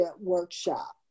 workshop